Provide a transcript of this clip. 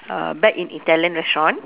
err back in Italian restaurant